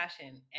passion